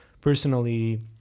personally